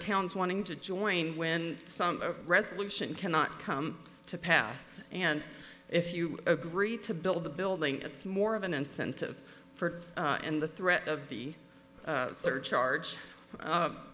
towns wanting to join when some resolution cannot come to pass and if you agree to build the building it's more of an incentive for it and the threat of the surcharge